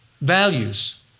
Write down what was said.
Values